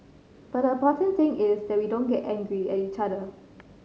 but the important thing is that we don't get angry at each other